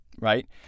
right